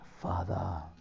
Father